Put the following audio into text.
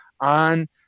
on